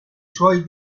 suoi